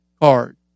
card